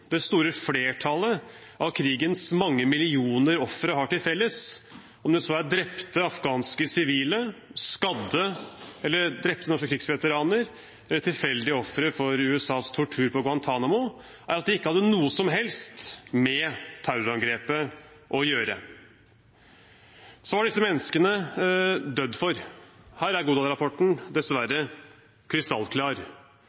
det store flertallet av krigens mange millioner ofre har til felles – som drepte afghanske sivile, skadde eller drepte norske krigsveteraner eller tilfeldige ofre for USAs tortur på Guantánamo – er at de ikke hadde noe som helst med terrorangrepet å gjøre. Så hva har disse menneskene dødd for? Her er